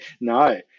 no